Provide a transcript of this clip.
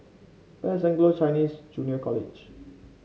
where is Anglo Chinese Junior College